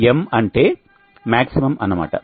M అంటే maximum అన్నమాట